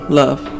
love